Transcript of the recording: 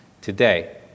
today